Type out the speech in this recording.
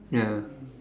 ya